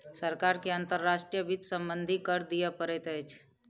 सरकार के अंतर्राष्ट्रीय वित्त सम्बन्धी कर दिअ पड़ैत अछि